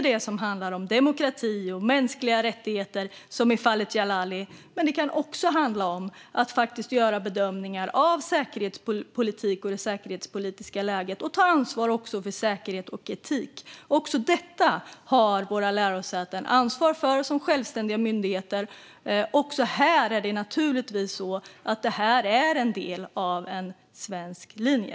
Det kan handla om demokrati och mänskliga rättigheter, som i fallet Djalali, men det kan också handla om att göra bedömningar av säkerhetspolitiken och det säkerhetspolitiska läget och ta ansvar även för säkerhet och etik. Också det här har våra lärosäten ansvar för som självständiga myndigheter. Också det här är en del av en svensk linje.